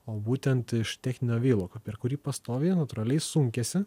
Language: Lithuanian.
o būtent iš techninio veiloko per kurį pastoviai natūraliai sunkiasi